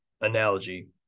analogy